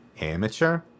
Amateur